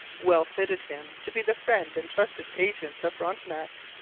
well fitted him to be the friend and trusted agent of frontenac.